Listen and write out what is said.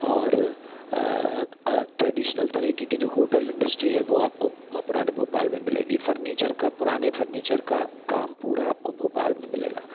और ट्रेडिशनल तरीके के जो होटल इंडस्ट्री है वो आपको पुराने भोपाल में मिलेगी फर्नीचर का पुराने फर्नीचर का काम पूरा आपको भोपाल में मिलेगा